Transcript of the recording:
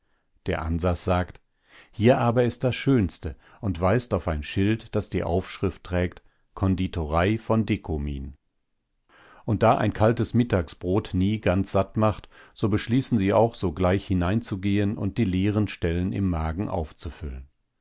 der ansas sagt hier aber ist das schönste und weist auf ein schild das die aufschrift trägt konditorei von dekomin und da ein kaltes mittagsbrot nie ganz satt macht so beschließen sie auch sogleich hineinzugehen und die leeren stellen im magen aufzufüllen